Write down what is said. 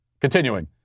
Continuing